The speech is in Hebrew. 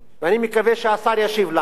אני מקווה שהשר ישיב לנו,